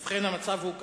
ובכן, המצב הוא כך.